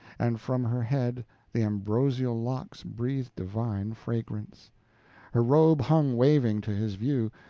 and from her head the ambrosial locks breathed divine fragrance her robe hung waving to his view,